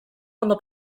ondo